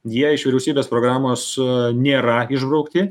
jie iš vyriausybės programos nėra išbraukti